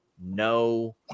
no